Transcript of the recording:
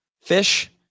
Fish